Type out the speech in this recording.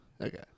Okay